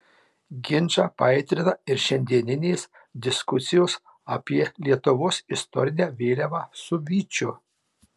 ginčą paaitrina ir šiandieninės diskusijos apie lietuvos istorinę vėliavą su vyčiu